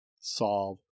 solve